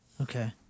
Okay